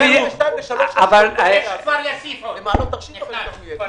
היה הראשון שהביא את החוק הזה ב-2001.